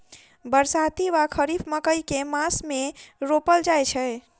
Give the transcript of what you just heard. बरसाती वा खरीफ मकई केँ मास मे रोपल जाय छैय?